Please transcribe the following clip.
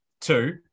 Two